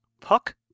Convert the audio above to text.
Puck